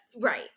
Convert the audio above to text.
Right